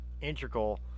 integral